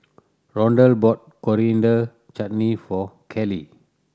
Rondal bought Coriander Chutney for Carley